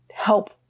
help